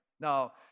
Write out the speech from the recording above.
Now